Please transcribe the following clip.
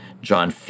John